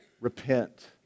Repent